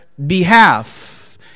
behalf